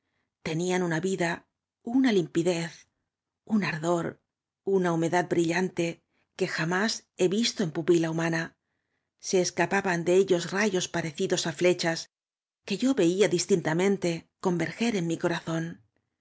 tenían una vida una limpi dez un ardor una humcdaíi brillante que jamás he visto en pupila liumaoa se escapaban de eltos rayos parecidos á ñecha que yo veía dis tinta monto converger en mi corazón